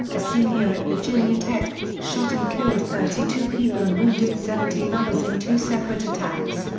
a senior at virginia tech, shot and killed thirty two people and wounded seventeen others in two separate attacks,